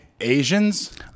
Asians